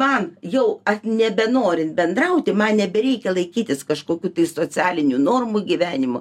man jau nebenorin bendrauti man nebereikia laikytis kažkokių socialinių normų gyvenimo